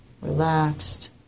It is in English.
relaxed